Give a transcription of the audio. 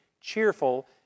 cheerful